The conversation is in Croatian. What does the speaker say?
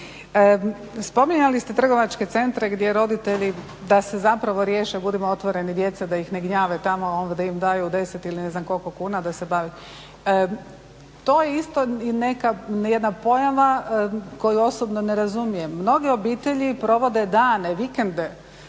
Spominjali ste trgovačke centre gdje roditelji da se zapravo riješe, budimo otvoreni, djece, da ih ne gnjave tamo, da im daju 10 ili ne znam koliko kuna. To isto je neka, jedna pojava koju osobno ne razumijem. Mnoge obitelji provode dane, vikende,